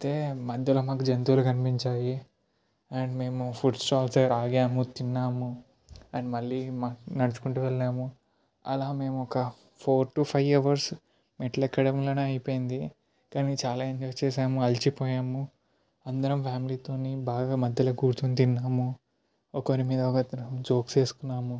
అయితే మధ్యలో మాకు జంతువులు కనిపించాయి అండ్ మేము ఫుడ్ స్టాల్స్ దగ్గర ఆగాము తిన్నాము అండ్ మళ్ళీ నడుచుకుంటూ వెళ్ళాము అలా మేము ఒక ఫోర్ టూ ఫైవ్ అవర్స్ మెట్లు ఎక్కడములోనే అయిపోయింది కానీ చాలా ఎంజాయ్ చేసాము అలిసిపోయాము అందరమూ ఫ్యామిలీతోని బాగా మధ్యలో కూర్చుని తిన్నాము ఒకరి మీద ఒకరం జోక్స్ వేసుకున్నాము